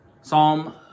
Psalm